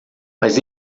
mas